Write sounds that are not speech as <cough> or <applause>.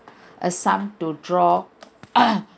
a sum to draw <coughs>